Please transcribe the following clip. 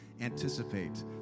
anticipate